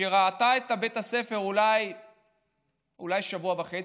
שראתה את בית הספר אולי שבוע וחצי,